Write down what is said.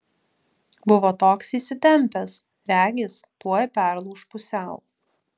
buvo toks įsitempęs regis tuoj perlūš pusiau